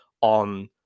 on